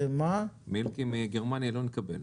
מילקי מגרמניה לא נקבל?